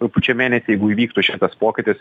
rugpjūčio mėnesį jeigu įvyktų šitas pokytis